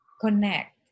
connect